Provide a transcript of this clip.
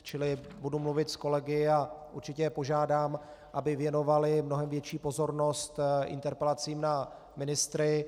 Čili budu mluvit s kolegy a určitě je požádám, aby věnovali mnohem větší pozornost interpelacím na ministry.